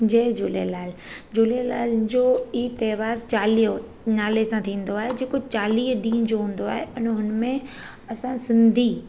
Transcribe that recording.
जय झूलेलाल झूलेलाल जो ई तेहवार चालीहो नाले सां थींदो आहे जेको चालीह ॾींहं जो हूंदो आहे अन हुन में असां सिंधी